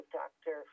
doctor